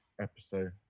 Episode